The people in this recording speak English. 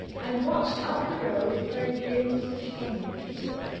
and watched up the road for a glimpse of henry peters,